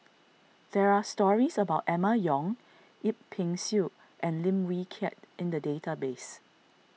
there are stories about Emma Yong Yip Pin Xiu and Lim Wee Kiak in the database